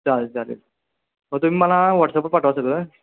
चालेल चालेल हो तुम्ही मला व्हॉटस्अपवर पाठवा सगळं